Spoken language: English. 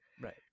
Right